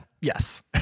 yes